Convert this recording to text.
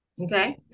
Okay